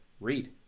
Read